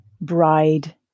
Bride